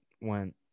went